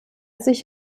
sich